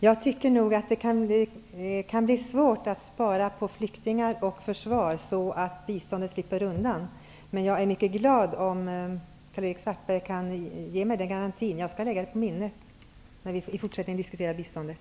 Jag tycker nog att det kan bli svårt att spara så mycket på flyktingar och försvar att biståndet slipper undan. Men jag är mycket glad om Karl-Erik Svartberg kan ge mig en sådan garanti. Jag skall lägga det på minnet när vi i fortsättningen diskuterar biståndet.